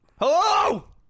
Hello